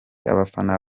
abafana